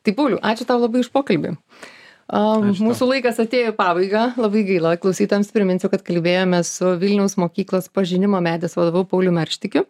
tai pauliau ačiū tau labai už pokalbį a mūsų laikas atėjo į pabaigą labai gaila klausytojams priminsiu kad kalbėjomės su vilniaus mokyklos pažinimo medis vadovu pauliumi arštikiu